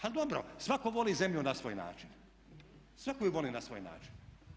Ali dobro svatko voli zemlju na svoj način, svatko ju voli na svoj način.